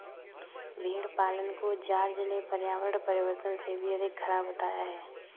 भेड़ पालन को जॉर्ज ने पर्यावरण परिवर्तन से भी अधिक खराब बताया है